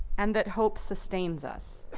and that hope sustains us.